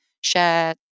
share